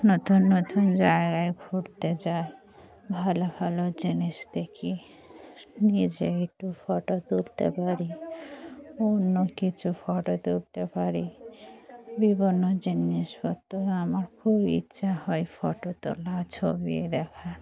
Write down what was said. নতুন নতুন জায়গায় ঘুরতে যাই ভালো ভালো জিনিস দেখি নিজে একটু ফটো তুলতে পারি অন্য কিছু ফটো তুলতে পারি বিভিন্ন জিনিসপত্র আমার খুব ইচ্ছা হয় ফটো তোলা ছবি দেখার